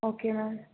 okay ma'am